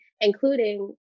including